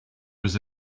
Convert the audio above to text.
was